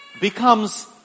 becomes